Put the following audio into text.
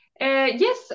Yes